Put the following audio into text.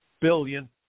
billion